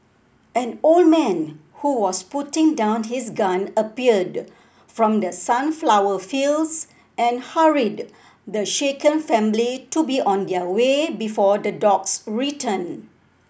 an old man who was putting down his gun appeared from the sunflower fields and hurried the shaken family to be on their way before the dogs return